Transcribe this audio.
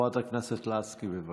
חברת הכנסת לסקי, בבקשה.